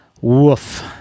woof